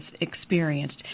experienced